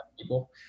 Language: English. people